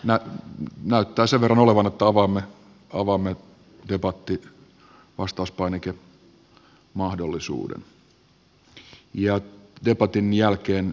näyttää sen verran olevan että avaamme debatti vastauspainikemahdollisuuden ja debatin jälkeen ministeri stubb